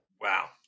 Wow